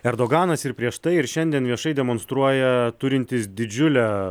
erdoganas ir prieš tai ir šiandien viešai demonstruoja turintis didžiulę